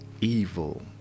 evil